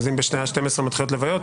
אם בשעה 12:00 מתחילות לוויות,